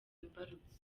imbarutso